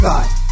God